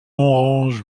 range